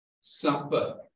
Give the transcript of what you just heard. Supper